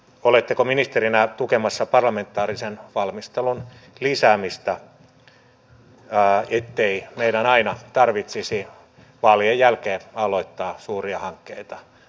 oletteko ministerinä tukemassa parlamentaarisen valmistelun lisäämistä ettei meidän aina tarvitsisi vaalien jälkeen aloittaa suuria hankkeita taas alusta